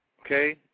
Okay